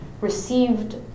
received